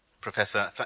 Professor